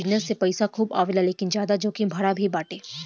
business से पईसा खूबे आवेला लेकिन ज्यादा जोखिम भरा भी बाटे